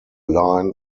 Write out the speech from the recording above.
line